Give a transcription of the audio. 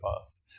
past